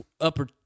upper